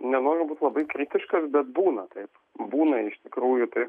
nenoriu būti labai kritiškas bet būna taip būna iš tikrųjų taip